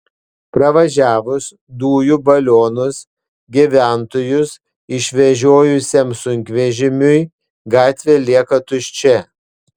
pravažiavus dujų balionus gyventojus išvežiojusiam sunkvežimiui gatvė lieka tuščia